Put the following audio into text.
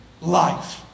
life